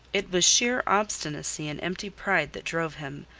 it was sheer obstinacy and empty pride that drove him,